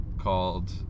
called